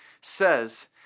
says